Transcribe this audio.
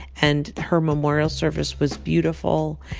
and her memorial service was beautiful,